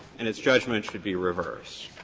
and its judgment should be reversed.